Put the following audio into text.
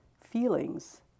feelings